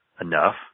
enough